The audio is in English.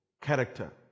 character